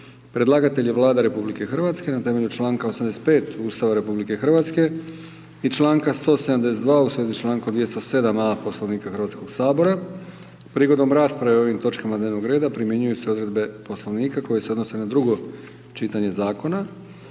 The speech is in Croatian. Predlatelj je Vlada RH na temelju članka 85. Ustava RH i članka 172 u svezi sa člankom 190. Poslovnika Hrvatskoga sabora. Prigodom rasprave o ovoj točki dnevnog reda primjenjuju se odredbe poslovnika koje se odnose na drugo čitanje zakona.